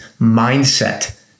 mindset